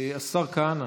השר כהנא,